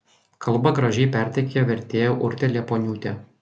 kalbą gražiai perteikė vertėja urtė liepuoniūtė